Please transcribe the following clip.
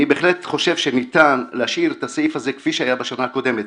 אני בהחלט חושב שניתן להשאיר את הסעיף הזה כפי שהיה בשנה הקודמת,